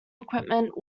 equipment